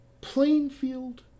Plainfield